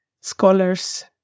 scholars